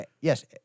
yes